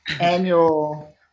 annual –